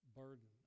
burden